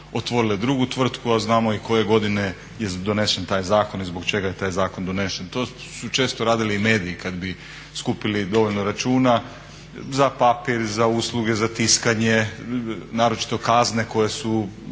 otvorile drugu tvrtku, a znamo koje je godine donesen taj zakon i zbog čega je taj zakon donešene. To su često radili i mediji kada bi skupili dovoljno računa za papir, za usluge, za tiskanje, naročito kazne sudske